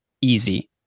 easy